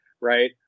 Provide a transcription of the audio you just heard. right